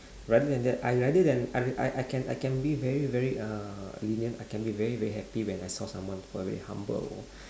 rather than that I rather than I I I can I can be very uh lenient I can be very very happy when I saw someone who are very humble